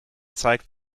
zeigt